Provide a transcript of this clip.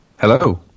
Hello